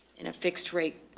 in a fixed rate,